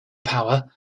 power